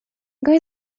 going